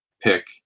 pick